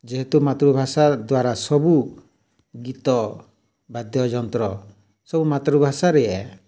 ଯେହେତୁ ମାତୃଭାଷା ଦ୍ୱାରା ସବୁ ଗୀତ ବାଦ୍ୟଯନ୍ତ୍ର ସବୁ ମାତୃଭାଷାରେ ଏ